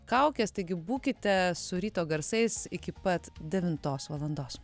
kaukes taigi būkite su ryto garsais iki pat devintos valandos